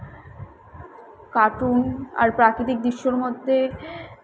cartoon আর প্রাকৃতিক দৃশ্যর মধ্যে